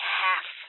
half